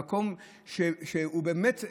זה המקום שהוא באמת,